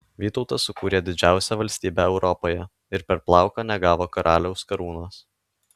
vytautas sukūrė didžiausią valstybę europoje ir per plauką negavo karaliaus karūnos